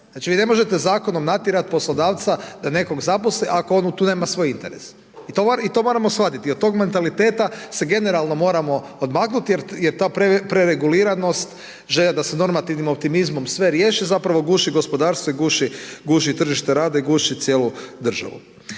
Znači vi ne možete zakonom natjerati poslodavca da nekog zaposli ako on tu nema svoj interes i to moramo shvatiti i od toga mentaliteta se generalno moramo odmaknuti jer ta prereguliranost, želja da se normativnim optimizmom sve riješi zapravo guši gospodarstvo i guši tržište rada i guši cijelu državu.